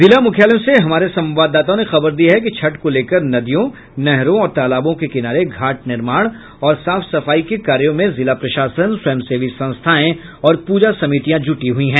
जिला मुख्यालयों से हमारे संवाददाताओं ने खबर दी है कि छठ को लेकर नदियों नहरों और तालाबों के किनारे घाट निर्माण और साफ सफाई के कार्यों में जिला प्रशासन स्वयंसेवी संस्थाएं और पूजा समितियां जुटी हुई हैं